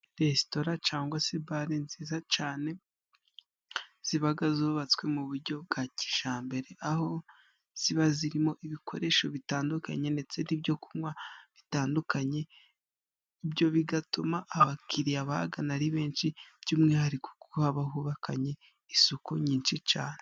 Resitora cyangwa se bale nziza cyane; ziba zubatswe mu buryo bwa kijyambere, aho ziba zirimo ibikoresho bitandukanye ndetse n'ibyokunywa bitandukanye byo bigatuma abakiriya bagana ari benshi by'umwihariko kuko haba hubakanye isuku nyinshi cyane.